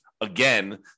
again